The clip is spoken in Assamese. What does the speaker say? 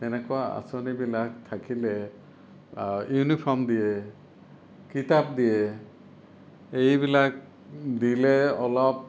তেনেকুৱা আঁচনিবিলাক থাকিলে ইউনিফৰ্ম দিয়ে কিতাপ দিয়ে এইবিলাক দিলে অলপ